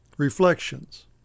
Reflections